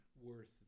worth